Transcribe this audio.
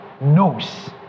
knows